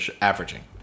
averaging